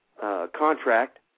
Contract